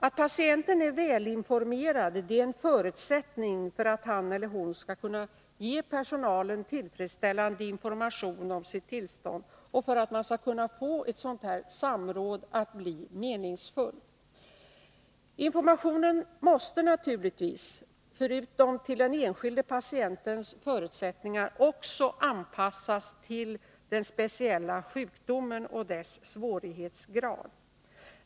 Att patienten är välinformerad är en förutsättning för att han eller hon skall kunna ge personalen tillfredsställande information om sitt tillstånd och för att ett sådant här samråd skall bli meningsfullt. Informationen måste naturligtvis, förutom till den enskilde patientens förutsättningar, också anpassas till den speciella sjukdomen och dess svårighetsgrad.